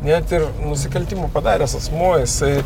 net ir nusikaltimų padaręs asmuo jisai